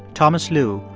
thomas lu,